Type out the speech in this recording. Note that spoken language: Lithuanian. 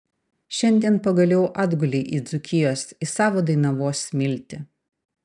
šiandien pagaliau atgulei į dzūkijos į savo dainavos smiltį